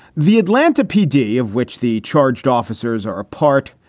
the atlanta pd, of which the charged officers are ah part,